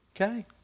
Okay